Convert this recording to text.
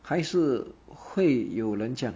还是会有人这样